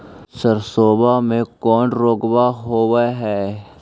सरसोबा मे कौन रोग्बा होबय है?